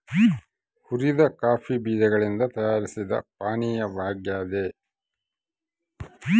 ಹುರಿದ ಕಾಫಿ ಬೀಜಗಳಿಂದ ತಯಾರಿಸಿದ ಪಾನೀಯವಾಗ್ಯದ